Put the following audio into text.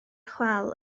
chwâl